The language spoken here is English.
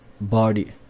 body